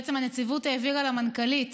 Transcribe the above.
בעצם הנציבות העבירה למנכ"לית